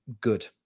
good